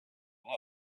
luck